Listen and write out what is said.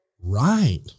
Right